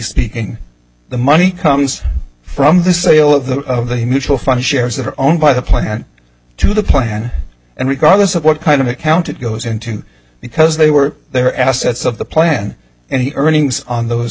speaking the money comes from the sale of the of the mutual fund shares that are owned by the plan to the plan and regardless of what kind of account it goes into because they were there assets of the plan and the earnings on those